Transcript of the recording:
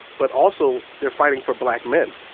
but also they're fighting for black men.